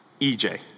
EJ